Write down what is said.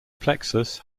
plexus